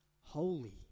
holy